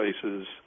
places